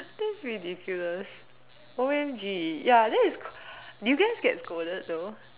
this ridiculous O_M_G ya that is did you guys get scolded though